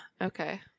Okay